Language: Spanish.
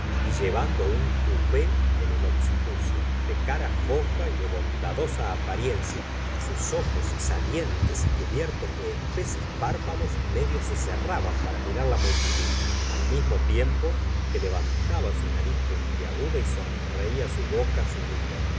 y llevando un tupé en el occipucio de cara fofa y de bondadosa apariencia sus ojos salientes y cubiertos de espesos párpados medio se cerraban para mirar la multitud al mismo tiempo que levantaba su nariz puntiaguda y sonreía su boca sumida